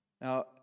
Now